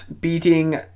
beating